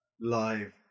live